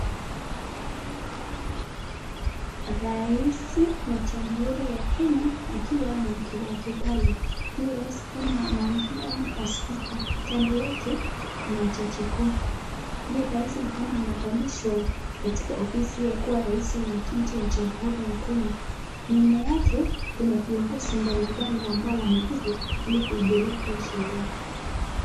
Rais wa jamhuri ya kenya akiwa na mke wake pale, huyu rais kama na wengine wa spika kando yake kuna jaji kuu, huyu rais ni kama anapandisjwa katika ofisi ya kuwa rais wa nchi ya jamhuri ya nchi ya kenya, nyima yake kuna viongozi mbali mbali ambao wamekuja kuhudhuria hii sherehe.